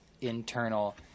internal